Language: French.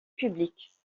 publiques